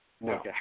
no